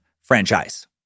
franchise